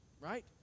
right